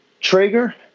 Traeger